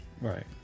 right